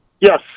Yes